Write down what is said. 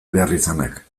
beharrizanak